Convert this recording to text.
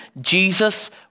Jesus